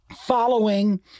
following